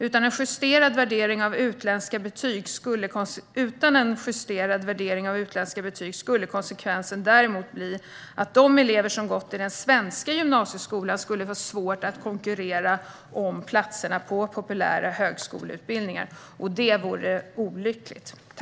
Utan en justerad värdering av utländska betyg skulle konsekvensen däremot bli att de elever som gått i den svenska gymnasieskolan skulle få svårt att konkurrera om platserna på populära högskoleutbildningar. Det vore olyckligt.